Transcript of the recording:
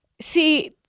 See